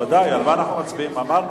אמרתי שאנחנו מצביעים על